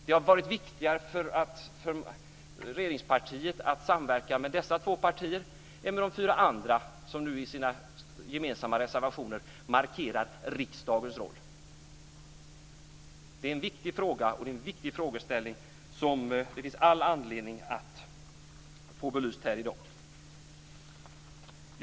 Det har varit viktigare för regeringspartiet att samverka med dessa två partier än med de fyra andra, som i sina gemensamma reservationer markerar riksdagens roll. Det är en viktig fråga, och det är en viktig frågeställning som det finns all anledning att få belyst här i dag. Fru talman!